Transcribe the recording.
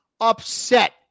upset